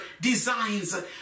designs